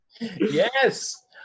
Yes